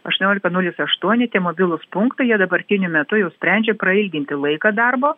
aštuoniolika nulis aštuoni tie mobilūs punktai jie dabartiniu metu jau sprendžia prailginti laiką darbo